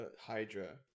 hydra